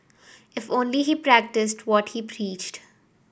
if only he practised what he preached